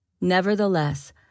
Nevertheless